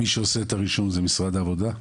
מי שעושה את הרישום משרד העבודה,